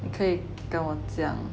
你可以跟我讲